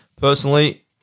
personally